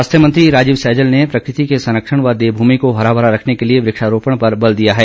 स्वास्थ्य मंत्री राजीव सैजल ने प्रकृति के संरक्षण व देवभूमि को हराभरा रखने के लिए वृक्षारोपण पर बल दिया है